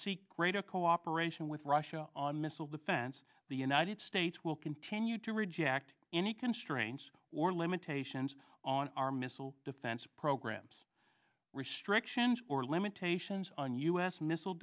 seek greater cooperation with russia on missile defense the united states will continue to reject any constraints or limitations on our missile defense programs restrictions or limitations on u s missile